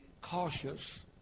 cautious